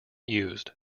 used